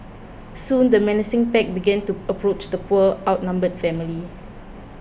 soon the menacing pack began to approach the poor outnumbered family